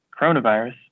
coronavirus